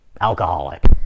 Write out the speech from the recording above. alcoholic